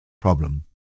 problem